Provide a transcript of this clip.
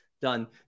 done